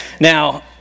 Now